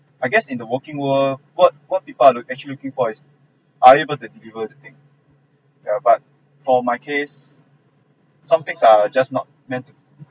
I guess in the working world what what people are look actually looking for is are you able to deliver things yeah but for my case some things are just not meant